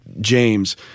James